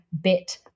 bit